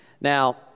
Now